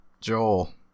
Joel